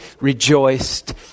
rejoiced